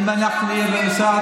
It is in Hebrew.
אם אנחנו נהיה במשרד,